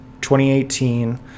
2018